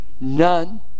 none